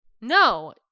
No